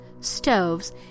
stoves